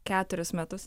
keturis metus